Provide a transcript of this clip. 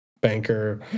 banker